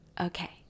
Okay